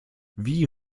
wie